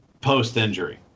post-injury